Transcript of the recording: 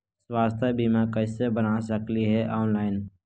स्वास्थ्य बीमा कैसे बना सकली हे ऑनलाइन?